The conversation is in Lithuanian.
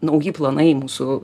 nauji planai mūsų